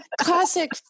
classic